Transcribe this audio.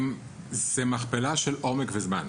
בצלילה, זוהי מכפלה של עומק וזמן.